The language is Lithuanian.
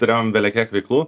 turėjom belekiek veiklų